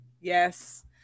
yes